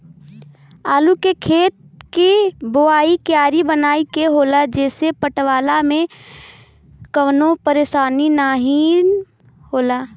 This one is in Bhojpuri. आलू के खेत के बोवाइ क्यारी बनाई के होला जेसे पटवला में कवनो परेशानी नाहीम होला